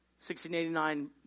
1689